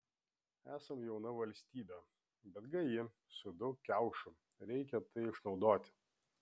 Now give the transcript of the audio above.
esam jauna valstybė bet gaji su daug kiaušų reikia tai išnaudoti